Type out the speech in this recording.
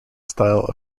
style